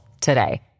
today